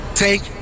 take